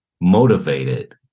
motivated